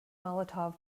molotov